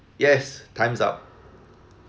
yes time's up